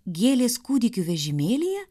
gėlės kūdikių vežimėlyje